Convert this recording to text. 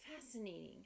Fascinating